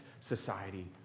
society